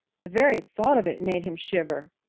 the very thought of it made him shiver.